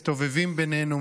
מסתובבים בינינו,